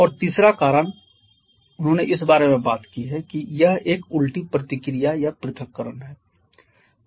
और तीसरा कारण उन्होंने इस बारे में बात की है कि यह एक उल्टी प्रतिक्रिया या पृथक्करण है